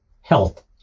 health